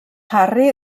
harry